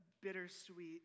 bittersweet